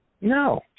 No